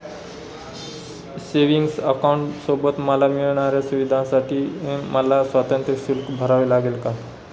Savings अकाउंटसोबत मला मिळणाऱ्या सुविधांसाठी मला स्वतंत्र शुल्क भरावे लागेल का?